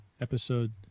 episode